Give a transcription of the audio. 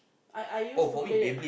I I used to play that